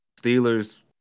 Steelers